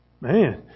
Man